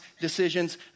decisions